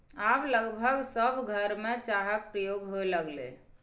आब लगभग सभ घरमे चाहक प्रयोग होए लागलै